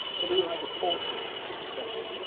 but who had the forethought to stop him?